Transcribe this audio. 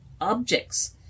objects